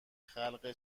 خلق